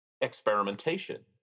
experimentation